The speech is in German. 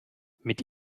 mit